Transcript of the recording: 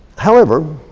however,